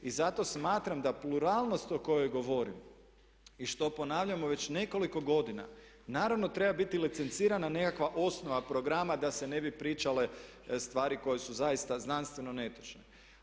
I zato smatram da pluralnost o kojoj govorim i što ponavljamo već nekoliko godina naravno treba biti licencirana nekakva osnova programa da se ne bi pričale stvari koje su zaista znanstveno netočne.